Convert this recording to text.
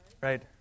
Right